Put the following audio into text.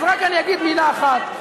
אז רק אגיד מילה אחת.